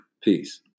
Peace